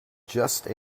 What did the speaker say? just